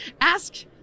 Ask